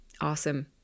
awesome